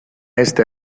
este